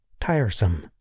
tiresome